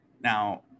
Now